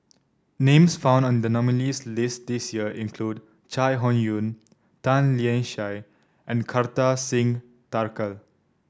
names found in the nominees' list this year include Chai Hon Yoong Tan Lian Chye and Kartar Singh Thakral